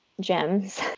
gems